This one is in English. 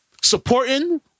supporting